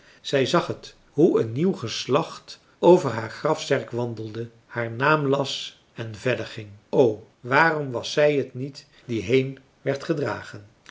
zij zag t hoe een nieuw geslacht over haar grafzerk wandelde haar naam las en verder ging o waarom was zij t niet die heen werd gedragen